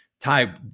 Ty